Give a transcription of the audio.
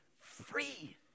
free